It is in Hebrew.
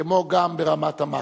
כמו גם ברמת המקרו.